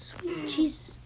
Jesus